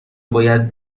باید